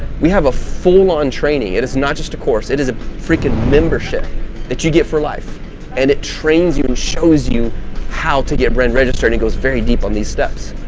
we have a full on training it is not just a course, it is a freaking membership that you get for life and it trains you and shows you how to get brand register, and it goes very deep on these steps.